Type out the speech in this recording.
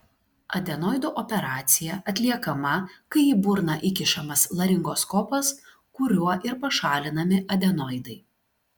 adenoidų operacija atliekama kai į burną įkišamas laringoskopas kuriuo ir pašalinami adenoidai